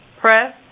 press